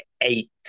Eight